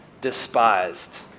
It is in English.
despised